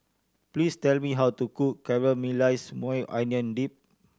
please tell me how to cook Caramelized Maui Onion Dip